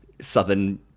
southern